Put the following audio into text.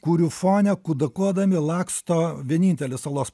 kurių fone kudakuodami laksto vienintelė salos